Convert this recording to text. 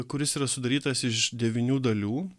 kuris yra sudarytas iš devynių dalių